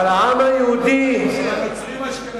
אבל העם היהודי, אבל הנוצרים אשכנזים.